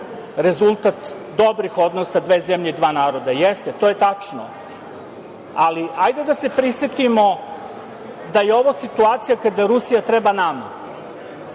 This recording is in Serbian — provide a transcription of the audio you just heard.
rezultat dobrih odnosa dve zemlje i dva naroda. Jeste, to je tačno, ali ajde da se prisetimo da je ovo situacija kada Rusija treba nama.